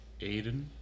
aiden